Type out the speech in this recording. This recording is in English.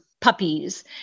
Puppies